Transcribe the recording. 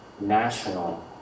national